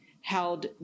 held